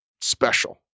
special